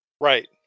Right